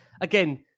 again